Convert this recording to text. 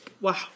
Wow